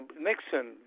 Nixon